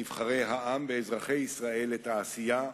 נבחרי העם ואזרחי ישראל, את העשייה,